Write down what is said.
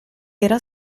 era